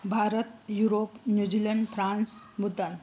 Bharat Europe New Zealand France Bhutan